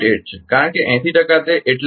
8 છે કારણ કે 80 ટકા તે એટલે 0